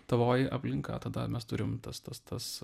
tavoji aplinka tada mes turim tas tas tas